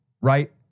right